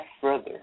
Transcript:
further